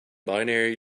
binary